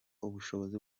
ubushobozi